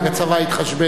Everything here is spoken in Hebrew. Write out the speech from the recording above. הכלה בהיריון.